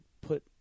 put